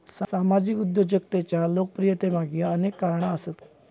सामाजिक उद्योजकतेच्या लोकप्रियतेमागे अनेक कारणा आसत